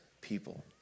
people